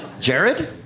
Jared